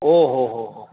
ઓહો હો હો